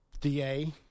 DA